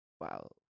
wow